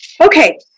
Okay